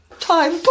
time